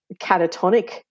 catatonic